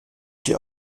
dir